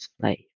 slave